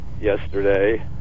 yesterday